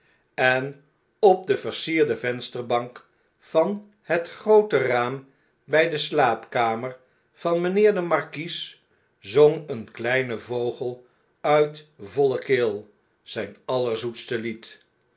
en op de versierde vensterbank van het groote raam bij de slaapkamer van irrgnheer den markies zong eene kleine vogel nit voile keel zijn allerzoetste lied